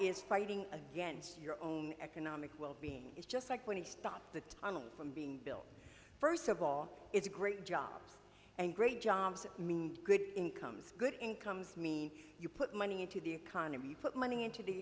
is fighting against your own economic well being is just like when he stopped the tunnels from being built first of all it's great jobs and great jobs mean good incomes good incomes mean you put money into the economy put money into the